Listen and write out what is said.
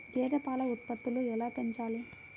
గేదె పాల ఉత్పత్తులు ఎలా పెంచాలి?